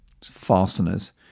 fasteners